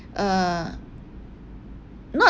uh not